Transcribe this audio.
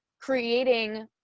creating